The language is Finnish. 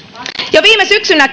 jo viime syksynä